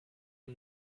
are